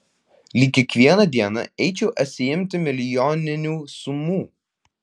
lyg kiekvieną dieną eičiau atsiimti milijoninių sumų